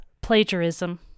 plagiarism